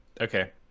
okay